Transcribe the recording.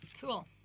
Cool